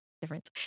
difference